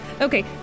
Okay